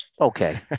Okay